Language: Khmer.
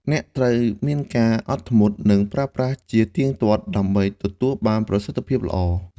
អ្នកត្រូវមានការអត់ធ្មត់ និងប្រើប្រាស់ជាទៀងទាត់ដើម្បីទទួលបានប្រសិទ្ធភាពល្អ។